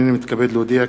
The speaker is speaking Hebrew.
הנני מתכבד להודיע,